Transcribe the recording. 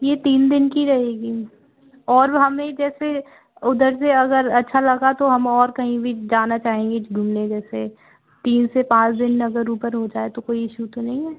ये तीन दिन की रहेगी और हमें जैसे उधर से अगर अच्छा लगा तो हम और कहीं भी जाना चाहेंगे घूमने जैसे तीन से पाँच दिन अगर ऊपर हो जाए तो कोई इशु तो नहीं है